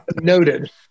Noted